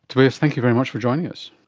tobias, thank you very much for joining us.